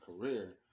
career